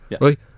Right